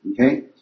Okay